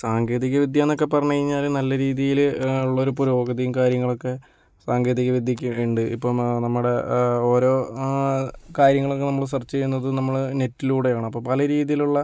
സാങ്കേതിക വിദ്യാന്നൊക്കെ പറഞ്ഞ് കഴിഞ്ഞാല് നല്ല രീതിയില് ഉള്ളൊരൂ പുരോഗതിയും കാര്യങ്ങളൊക്കേ സാങ്കേതിക വിദ്യയ്ക്കുണ്ട് ഇപ്പം നമ്മുടെ ഓരോ കാര്യങ്ങളൊക്കെ നമ്മള് സെർച്ച് ചെയ്യുന്നത് നമ്മള് നെറ്റിലൂടെയാണ് അപ്പോൾ പല രീതിയിലുള്ള